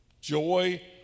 Joy